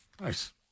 Nice